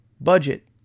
budget